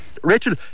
Rachel